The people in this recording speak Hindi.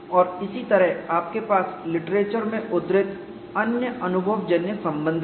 और इसी तरह आपके पास लिटरेचर में उद्धृत अन्य अनुभवजन्य संबंध हैं